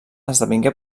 esdevingué